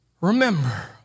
Remember